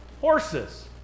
horses